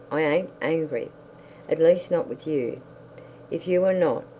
i an't angry at least not with you if you are not,